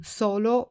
solo